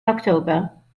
october